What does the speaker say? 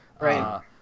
Right